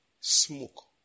smoke